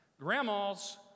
Grandma's